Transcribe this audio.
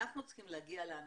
אנחנו צריכים להגיע לאנשים,